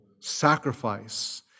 sacrifice